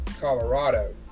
Colorado